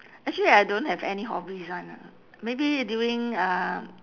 actually I don't have any hobbies [one] ah maybe during uh